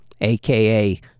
aka